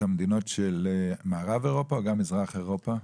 המדינות של מערב אירופה או גם מזרח אירופה?